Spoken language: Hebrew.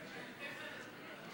לוועדת הכלכלה נתקבלה.